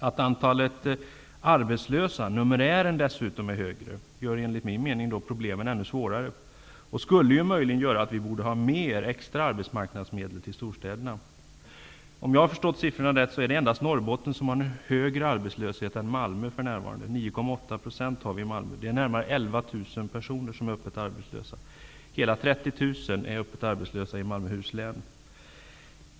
Att antalet arbetslösa numerärt dessutom är högre gör enligt min mening problemen ännu svårare och skulle möjligen göra att vi borde ge mer extra arbetsmarknadsmedel till storstäderna. Om jag har förstått siffrorna rätt har endast Norrbotten högre arbetslöshet än Malmö för närvarande. 9,8 % är den i Malmö. Närmare 11 000 peroner är öppet arbetslösa. Hela 30 000 personer är öppet arbetslösa i Malmöhus län.